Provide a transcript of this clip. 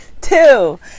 two